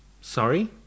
Sorry